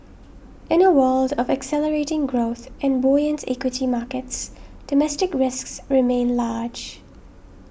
in a world of accelerating growth and buoyant equity markets domestic risks remain large